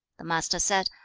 the master said,